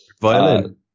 violin